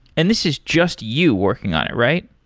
and this is just you working on it, right?